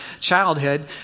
childhood